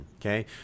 okay